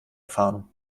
erfahren